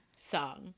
song